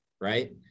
right